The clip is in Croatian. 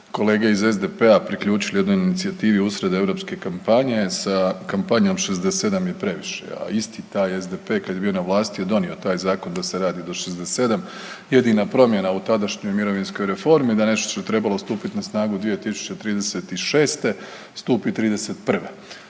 kolege iz SDP-a priključili u jednoj inicijativi usred europske kampanje sa kampanjom 67 je previše, a isti taj SDP kad je bio na vlasti je donio taj zakon da se radi do 67. Jedina promjena u tadašnjoj mirovinskoj reformi da nešto što je trebalo stupiti na snagu 2036. stupi 31.